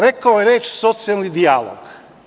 Rekao je reč socijalni dijalog.